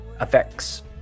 effects